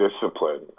discipline